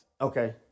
Okay